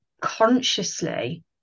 consciously